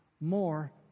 More